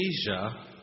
Asia